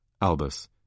Albus